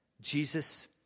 Jesus